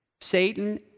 Satan